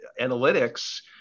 analytics